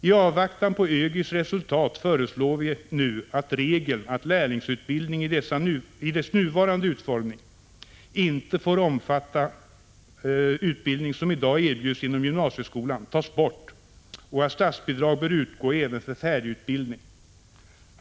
I avvaktan på ÖGY:s resultat föreslår vi nu att regeln att lärlingsutbildning i dess nuvarande utformning inte får omfatta utbildning som i dag erbjuds inom gymnasieskolan tas bort och att statsbidrag bör utgå även för färdigutbildning.